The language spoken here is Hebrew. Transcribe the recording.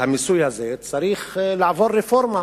והמיסוי הזה, צריך לעבור רפורמה,